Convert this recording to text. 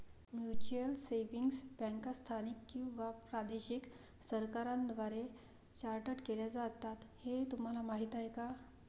Mutual savings बँका स्थानिक किंवा प्रादेशिक सरकारांद्वारे चार्टर्ड केल्या जातात हे तुम्हाला माहीत का?